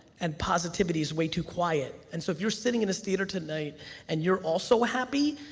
and positivity is way too quiet. and so, if you're sitting in this theater tonight and you're also happy,